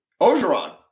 Ogeron